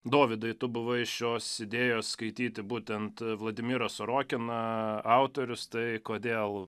dovydai tu buvai šios idėjos skaityti būtent vladimirą sorokiną autorius tai kodėl